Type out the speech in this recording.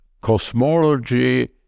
cosmology